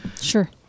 Sure